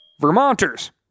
Vermonters